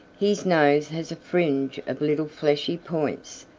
his nose has a fringe of little fleshy points,